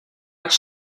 was